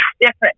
different